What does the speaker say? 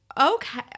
okay